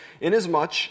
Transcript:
Inasmuch